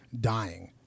dying